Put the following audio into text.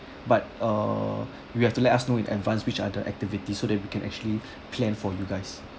but err you have to let us know in advance which are the activities so that we can actually plan for you guys